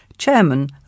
Chairman